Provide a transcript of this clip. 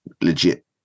legit